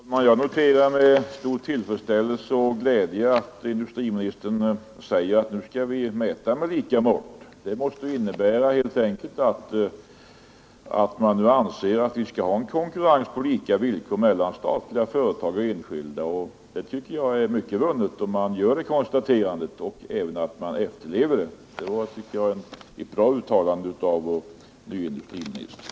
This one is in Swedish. Fru talman! Jag noterar med stor glädje och tillfredsställelse att industriministern säger att vi nu skall mäta med lika mått. Det måste helt enkelt innebära, att man nu anser att vi skall ha en konkurrens på lika villkor mellan statliga och enskilda företag. Jag tycker att mycket är vunnet med att man kan göra det konstaterandet men också att man efterlever det. Det tycker jag var ett bra uttalande av vår nye industriminister.